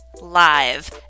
live